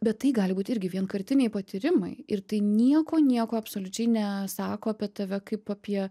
bet tai gali būti irgi vienkartiniai patyrimai ir tai nieko nieko absoliučiai ne sako apie tave kaip apie